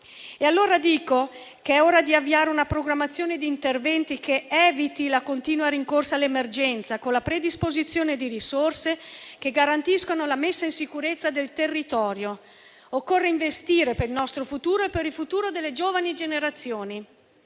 Io dico che è ora di avviare una programmazione di interventi che eviti la continua rincorsa all'emergenza, con la predisposizione di risorse che garantiscano la messa in sicurezza del territorio. Occorre investire per il nostro futuro e per il futuro delle giovani generazioni.